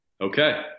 okay